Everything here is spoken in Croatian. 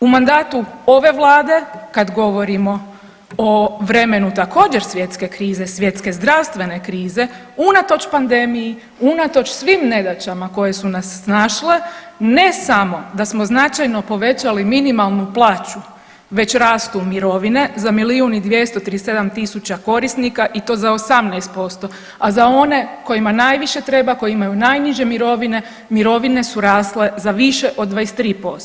U mandatu ove vlade kad govorimo o vremenu također svjetske krize, svjetske zdravstvene krize unatoč pandemiji, unatoč svim nedaćama koje su nas snašle ne samo da smo značajno povećali minimalnu plaću već rastu mirovine za milijun i 237 tisuća korisnika i to za 18%, a za one kojima najviše treba koji imaju najniže mirovine mirovine su rasle za više od 23%